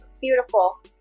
Beautiful